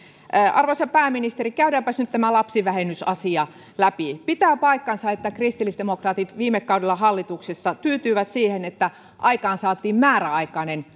arvoisa pääministeri käydäänpäs nyt tämä lapsivähennysasia läpi pitää paikkansa että kristillisdemokraatit viime kaudella hallituksessa tyytyivät siihen että aikaansaatiin määräaikainen